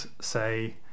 say